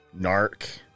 narc